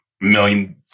million